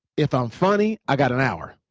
if i'm funny i've got an hour.